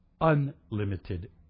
unlimited